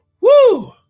Woo